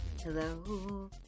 Hello